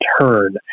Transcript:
turn